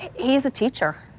he's a teacher.